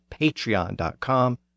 patreon.com